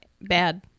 Bad